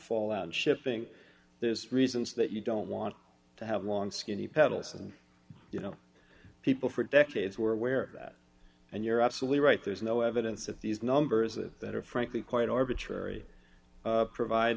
fall out shipping there's reasons that you don't want to have long skinny pedals and you know people for decades were aware of that and you're absolutely right there's no evidence that these numbers that are frankly quite arbitrary provide